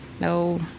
No